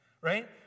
right